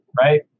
right